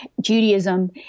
Judaism